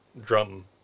drum